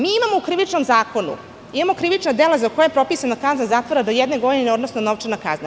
Mi imamo u Krivičnom zakonu krivična dela za koja je propisana kazna zatvora do jedne godine, odnosno novčana kazna.